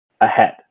ahead